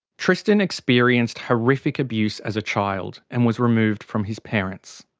tristan experienced horrific abuse as a child, and was removed from his parents.